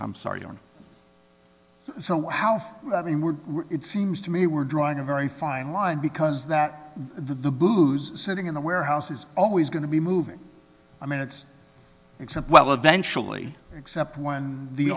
i'm sorry on so wow i mean we're it seems to me we're drawing a very fine line because that the blues sitting in the warehouse is always going to be moving i mean it's except well eventually except when the